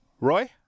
Roy